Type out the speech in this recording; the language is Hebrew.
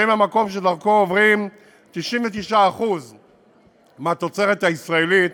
שם המקום שדרכו עוברים 99% מהתוצרת הישראלית,